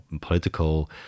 political